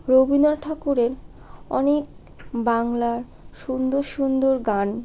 রবীন্দ্রনাথ ঠাকুরের অনেক বাংলার সুন্দর সুন্দর গান